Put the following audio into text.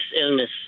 illness